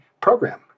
program